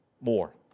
more